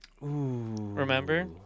Remember